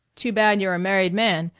too bad you're a married man.